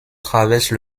traverse